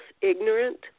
ignorant